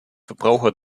verbraucher